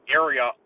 area